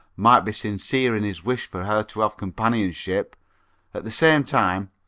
might be sincere in his wish for her to have companionship at the same time,